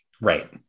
Right